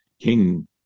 King